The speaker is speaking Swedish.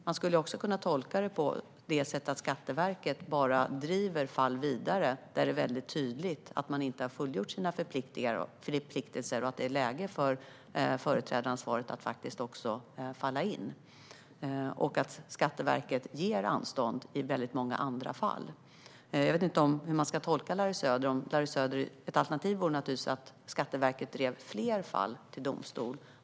Det skulle också kunna tolkas som att Skatteverket bara driver fall vidare när det är väldigt tydligt att man inte har fullgjort sina förpliktelser, då det är läge för företrädaransvaret att falla in, och som att Skatteverket ger anstånd i väldigt många andra fall. Jag vet inte hur jag ska tolka Larry Söder. Ett alternativ vore naturligtvis att Skatteverket drev fler fall till domstol.